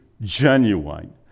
genuine